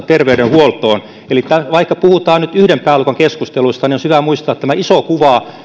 terveydenhuoltoon eli vaikka puhutaan nyt yhden pääluokan keskusteluista niin olisi hyvä muistaa tämä